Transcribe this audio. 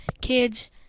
kids